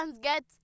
get